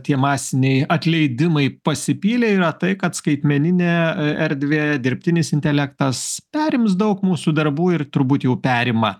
tie masiniai atleidimai pasipylė yra tai kad skaitmeninę erdvę dirbtinis intelektas perims daug mūsų darbų ir turbūt jau perima